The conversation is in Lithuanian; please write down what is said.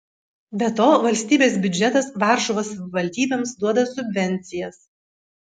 be to valstybės biudžetas varšuvos savivaldybėms duoda subvencijas